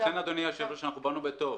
לכן, אדוני היושב-ראש, אנחנו באנו בטוב.